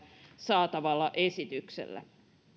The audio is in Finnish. saatavalla esityksellä